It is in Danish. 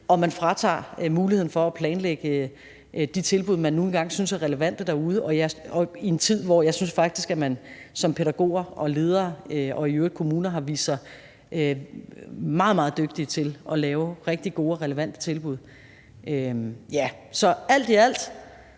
og man fratager dem muligheden for at planlægge de tilbud, man nu engang synes er relevante derude i en tid, hvor jeg faktisk synes, at pædagoger og ledere og i øvrigt kommuner har vist sig meget, meget dygtige til at lave rigtig gode og relevante tilbud. Alt i alt